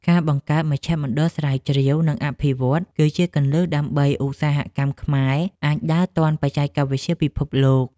ការបង្កើតមជ្ឈមណ្ឌលស្រាវជ្រាវ និងអភិវឌ្ឍន៍គឺជាគន្លឹះដើម្បីឱ្យឧស្សាហកម្មខ្មែរអាចដើរទាន់បច្ចេកវិទ្យាពិភពលោក។